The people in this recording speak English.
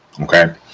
Okay